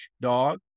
dog